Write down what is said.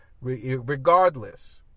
regardless